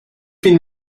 bin